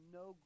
no